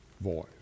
voice